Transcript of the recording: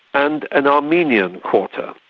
and an armenian quarter.